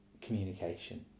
communication